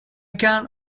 can